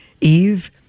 Eve